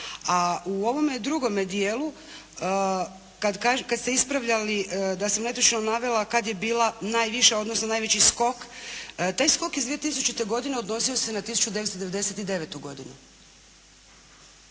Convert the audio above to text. A u ovome drugome dijelu kad ste ispravljali da sam netočno navela kad je bila najviša odnosno najveći skok taj skok iz 2000. godine odnosio se na 1999. godinu.